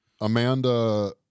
Amanda